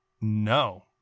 no